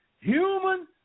human